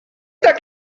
tak